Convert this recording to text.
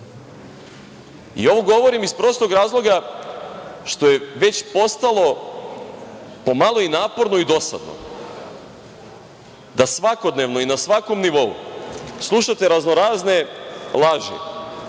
Ovo govorim iz prostog razloga što je već postalo pomalo i naporno i dosadno da svakodnevno i na svakom nivou slušate raznorazne laži,